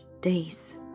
days